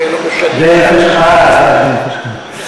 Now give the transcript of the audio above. בעין-פשחה יש,